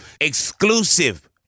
exclusive